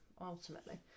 ultimately